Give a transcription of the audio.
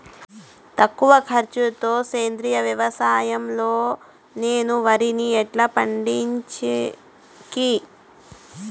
తక్కువ ఖర్చు తో సేంద్రియ వ్యవసాయం లో నేను వరిని ఎట్లా పండించేకి?